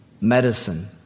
medicine